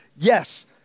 Yes